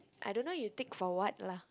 I don't know you take for what lah